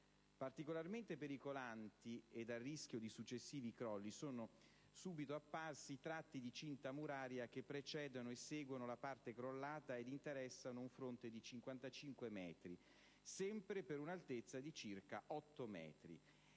Particolarmente pericolanti ed a rischio di successivi crolli sono subito apparsi i tratti di cinta muraria che precedono e seguono la parte crollata ed interessano un fronte di 55 metri, sempre per una altezza di circa 8 metri.